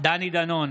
דני דנון,